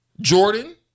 Jordan